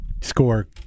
Score